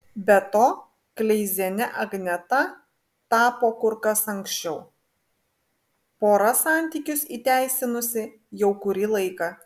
be to kleiziene agneta tapo kur kas anksčiau pora santykius įteisinusi jau kurį laiką